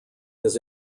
his